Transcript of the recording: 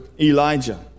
Elijah